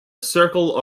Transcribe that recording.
circle